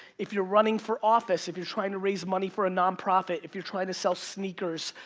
if you're running for office, if you're trying to raise money for a non-profit, if you're trying to sell sneakers,